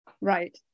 Right